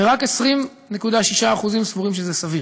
ורק 20.6% סבורים שזה סביר.